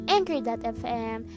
Anchor.fm